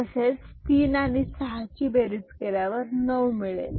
तसेच तीन आणि सहा ची बेरीज केल्यावर नऊ मिळेल